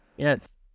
Yes